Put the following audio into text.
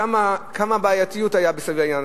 כמה בעייתיות היתה סביב העניין.